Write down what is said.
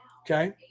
Okay